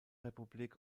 republik